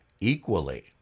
equally